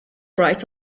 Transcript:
bright